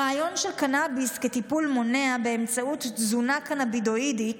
הרעיון של קנביס כטיפול מונע באמצעות תזונה קנבינואידית